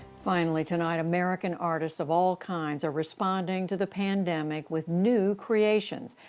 finally tonight american artists of all kinds are responding to the pandemic with new creations.